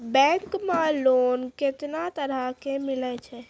Bank मे loan कैतना तरह के मिलै छै?